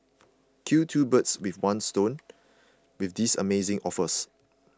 kill two birds with one stone with these amazing offers